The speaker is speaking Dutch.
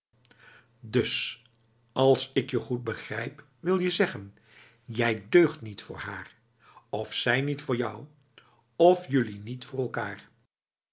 dus als ik je goed begrijp wil je zeggen jij deugt niet voor haar of zij niet voor jou of jullie niet voor elkaar